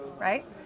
right